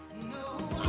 No